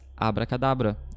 Abracadabra